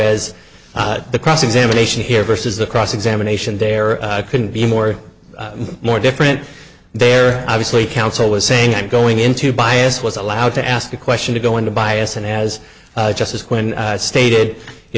s the cross examination here versus the cross examination there couldn't be more more different there obviously counsel was saying i'm going into bias was allowed to ask the question to go into bias and as justice when stated you